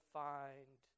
find